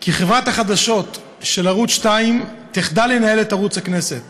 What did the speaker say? כי חברת החדשות של ערוץ 2 תחדל לנהל את ערוץ הכנסת